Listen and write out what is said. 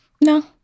No